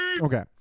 Okay